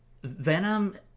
Venom